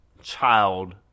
child